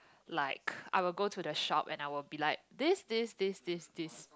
like I will go to the shop and I will be like this this this this this